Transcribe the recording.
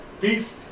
peace